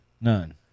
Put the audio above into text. None